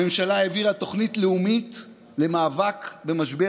הממשלה העבירה תוכנית לאומית למאבק במשבר